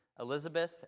Elizabeth